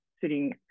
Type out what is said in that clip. sitting